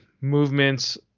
movements